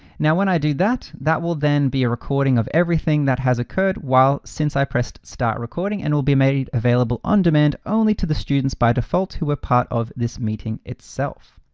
now when i do that, that will then be a recording of everything that has occurred while since i pressed start recording and it will be made available on-demand only to the students by default who were part of this meeting itself.